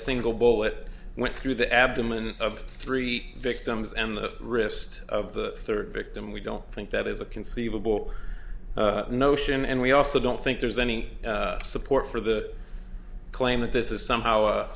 single bullet went through the abdomen of three victims and the wrist of the third victim we don't think that is a conceivable notion and we also don't think there's any support for the claim that this is somehow